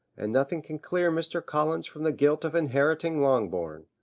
and nothing can clear mr. collins from the guilt of inheriting longbourn.